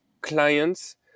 clients